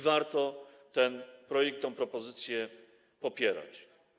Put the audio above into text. Warto ten projekt, tę propozycję popierać.